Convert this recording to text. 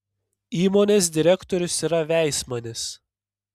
įmonės direktorius yra veismanis